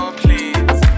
please